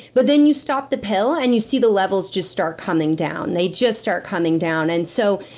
but then you stop the pill, and you see the levels just start coming down. they just start coming down and so,